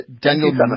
Daniel